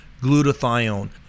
glutathione